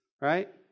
right